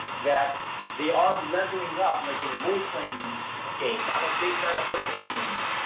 that they are leveling up and like in role-playing games. i'm a big fan of role-playing games.